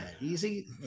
Easy